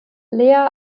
lea